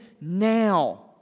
now